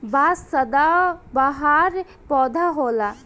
बांस सदाबहार पौधा होला